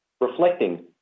reflecting